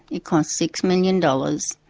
it cost six million dollars,